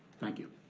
thank you.